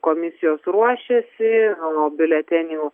komisijos ruošiasi nuo biuletenių